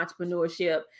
entrepreneurship